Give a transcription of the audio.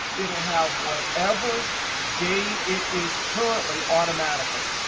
it will have whatever day it is currently automatically.